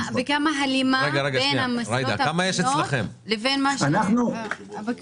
וכמה הלימה בין המשרות הפנויות לבין הביקוש?